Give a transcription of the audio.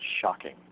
shocking